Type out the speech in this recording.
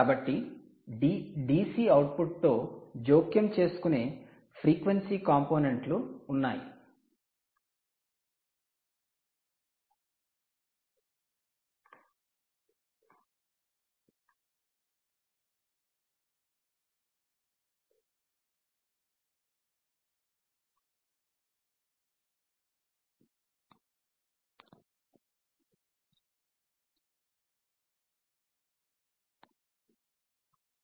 కాబట్టి DC output తో జోక్యం చేసుకునే ఫ్రీక్వెన్సీ కంపోనెంట్ లు ఉన్నాయి